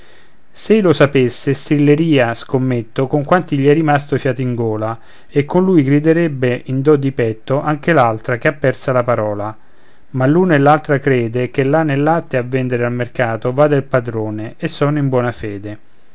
s'ei lo sapesse strillerìa scommetto con quanto gli è rimasto fiato in gola e con lui griderebbe in do di petto anche l'altra che ha persa la parola ma l'uno e l'altra crede che lana e latte a vendere al mercato vada il padrone e sono in buona fede